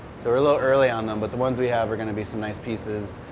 so we're a little early on them. but the ones we have are going to be some nice pieces.